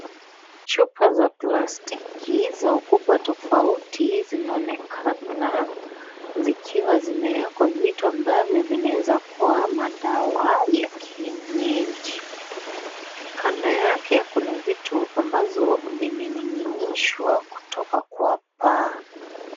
Chupa za plastiki za ukubwa tofauti. Zinaonekana zikiwa zimewekwa vitu ambazo zinaweza kuwa madawa ya kienyeji. Kando yake kuna vitu ambavyo vimening'inishwa kutoka kwa paa.